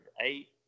eight